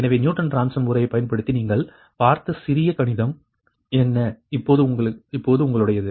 எனவே Newton Raphson முறையைப் பயன்படுத்தி நீங்கள் பார்த்த சிறிய கணிதம் என்ன இப்போது உங்களுடையது